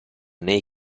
nei